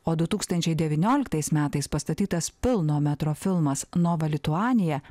o du tūkstančiai devynioliktas metais pastatytas pilno metro filmas nova lituania